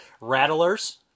Rattlers